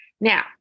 Now